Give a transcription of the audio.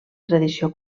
tradició